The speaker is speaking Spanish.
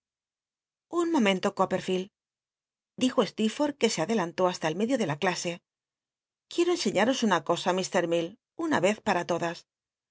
un momento coppedield dijo steetforlb qne se adelantó hasta el medio de la clase quiero enseiíatos una cosa mt mell una vez para todas